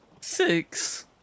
Six